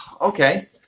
okay